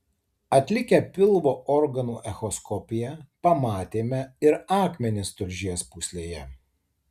atlikę pilvo organų echoskopiją pamatėme ir akmenis tulžies pūslėje